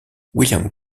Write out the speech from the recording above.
william